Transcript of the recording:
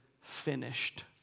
finished